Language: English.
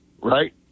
right